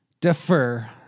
defer